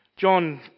John